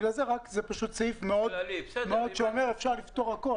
זה פשוט סעיף שאומר שאפשר לפטור הכול.